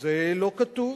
זה לא כתוב.